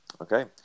Okay